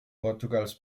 portugals